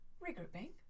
regrouping